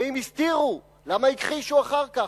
ואם הסתירו, למה הכחישו אחר כך?